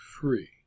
free